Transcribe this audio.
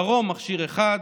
דרום, מכשיר אחד,